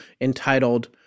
entitled